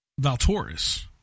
Valtoris